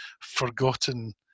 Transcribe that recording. forgotten